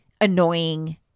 annoying